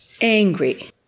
angry